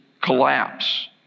collapse